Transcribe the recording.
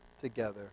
together